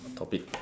topic